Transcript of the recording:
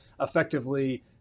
effectively